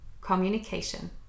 communication